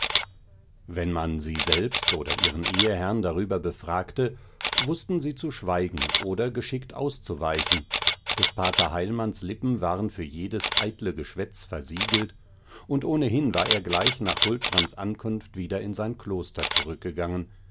wenn man sie selbst oder ihren eheherrn darüber befragte wußten sie zu schweigen oder geschickt auszuweichen des pater heilmanns lippen waren für jedes eitle geschwätz versiegelt und ohnehin war er gleich nach huldbrands ankunft wieder in sein kloster zurückgegangen